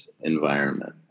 environment